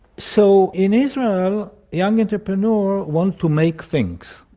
so in israel young entrepreneurs want to make things,